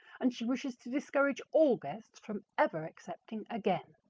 and she wishes to discourage all guests from ever accepting again.